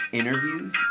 interviews